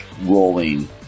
rolling